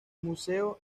museo